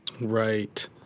Right